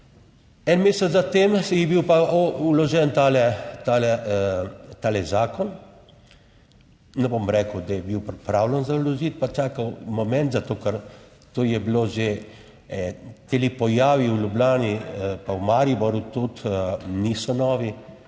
en mesec za tem je bil pa vložen tale, tale, tale zakon. Ne bom rekel, da je bil pripravljen za vložiti pa čakal moment, zato ker to je bilo že, te pojavi v Ljubljani pa v Mariboru tudi niso novi,